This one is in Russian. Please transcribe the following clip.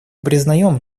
признаем